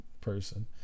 person